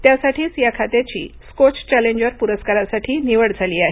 त्यासाठीच या खात्याची स्कोच चॅलेजर पुरस्कारासाठी निवड झाली आहे